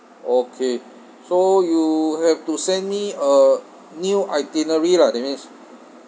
okay so you have to send me a new itinerary lah that means